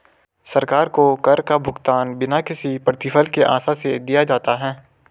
सरकार को कर का भुगतान बिना किसी प्रतिफल की आशा से दिया जाता है